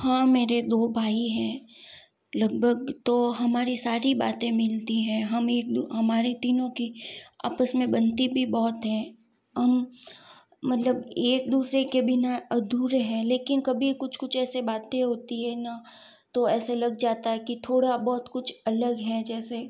हाँ मेरे दो भाई हैं लगभग तो हमारी सारी बातें मिलती हैं हम एक हमारी तीनों की आपस में बनती भी बहुत है हम मतलब एक दूसरे के बिना अधूरे हैं लेकिन कभी कुछ कुछ ऐसे बातें होती हैं ना तो ऐसा लग जाता है कि थोड़ा बहुत कुछ अलग है जैसे